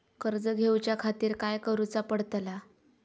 कर्ज घेऊच्या खातीर काय करुचा पडतला?